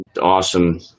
Awesome